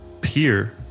peer